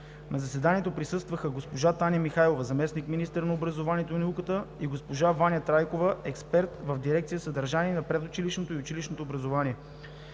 На заседанието присъстваха: госпожа Таня Михайлова – заместник-министър на образованието и науката, и госпожа Ваня Трайкова – експерт в дирекция „Съдържание на предучилищното и училищното образование“.